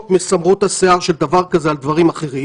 מסמרות השיער של דבר כזה על דברים אחרים